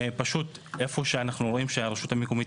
פשוט איפה שאנחנו רואים שהרשות המקומית